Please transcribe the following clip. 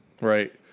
Right